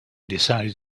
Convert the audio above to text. decided